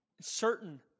Certain